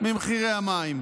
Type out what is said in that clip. ממחירי המים,